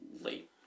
late